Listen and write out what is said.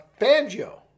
Fangio